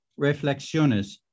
Reflexiones